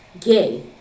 gay